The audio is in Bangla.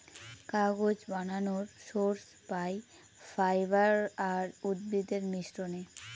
কাগজ বানানর সোর্স পাই ফাইবার আর উদ্ভিদের মিশ্রনে